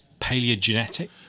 paleogenetic